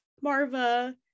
Marva